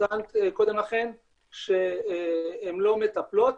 את טענת קודם לכן שהן לא מטפלות,